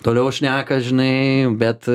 toliau šneka žinai bet